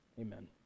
Amen